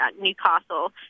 Newcastle